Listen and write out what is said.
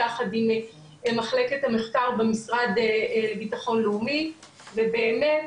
תחת מחלקת המחקר במשרד לביטחון לאומי ובאמת,